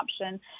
option